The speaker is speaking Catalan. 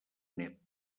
nét